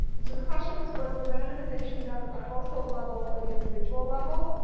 and so the question was was the randomization done at the household level or the individual level,